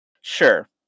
Sure